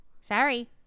Sorry